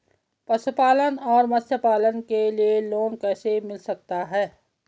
पशुपालन और मत्स्य पालन के लिए लोन कैसे मिल सकता है?